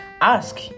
ask